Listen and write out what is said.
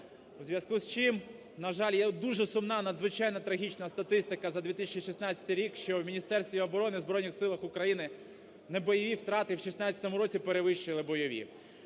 У зв'язку з чим, на жаль, є дуже сумна, надзвичайно трагічна статистика за 2016 рік, що, в Міністерстві оборони, в Збройних Силах України не бойові втрати перевищили бойові.